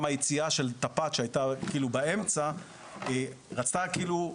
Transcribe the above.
גם היציאה של תפ"ט שהייתה באמצע, רצתה כאילו,